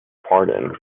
pardon